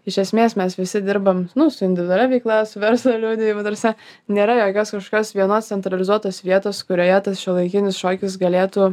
iš esmės mes visi dirbam nu su individualia veikla su verslo liudijimu ta prasme nėra jokios kažkokios vienos centralizuotos vietos kurioje tas šiuolaikinis šokis galėtų